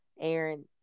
Aaron